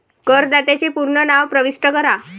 करदात्याचे पूर्ण नाव प्रविष्ट करा